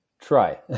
Try